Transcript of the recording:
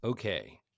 Okay